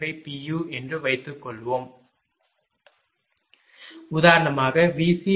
uஎன்று வைத்துக்கொள்வோம் உதாரணமாக Vc1